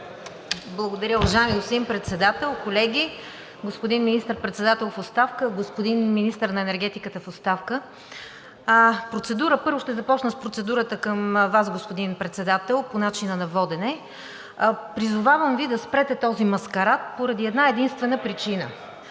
Благодаря. Уважаеми господин Председател, колеги, господин Министър председател в оставка, господин Министър на енергетиката в оставка. Първо ще започна с процедурата към Вас, господин Председател, по начина на водене. Призовавам Ви да спрете този маскарад поради една единствена причина.